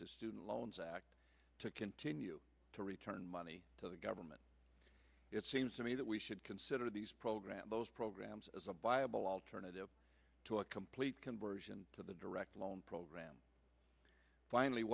to student loans act to continue to return money to the government it seems to me that we should consider these programs those programs as a viable alternative to a complete conversion to the direct loan program finally